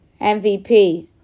MVP